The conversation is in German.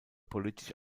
politisch